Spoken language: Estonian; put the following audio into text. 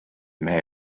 mehe